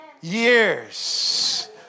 years